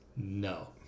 No